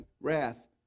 wrath